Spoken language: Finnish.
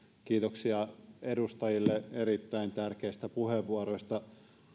kiitoksia edustajille erittäin tärkeistä puheenvuoroista